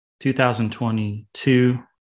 2022